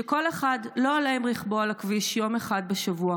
שכל אחד לא עולה עם רכבו על הכביש יום אחד בשבוע.